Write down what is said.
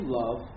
love